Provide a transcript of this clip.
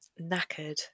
knackered